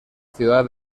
ciudad